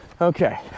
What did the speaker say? Okay